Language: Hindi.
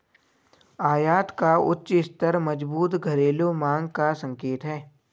आयात का उच्च स्तर मजबूत घरेलू मांग का संकेत है